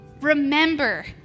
remember